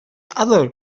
other